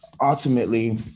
ultimately